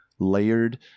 Layered